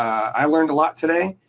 i learned a lot today.